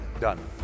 Done